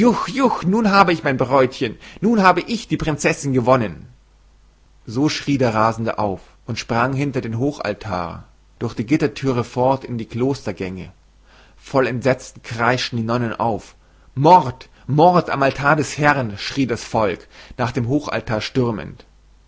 nun hab ich mein bräutchen nun hab ich die prinzessin gewonnen so schrie der rasende auf und sprang hinter den hochaltar durch die gittertüre fort in die klostergänge voll entsetzen kreischten die nonnen auf mord mord am altar des herrn schrie das volk nach dem hochaltar stürmend